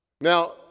Now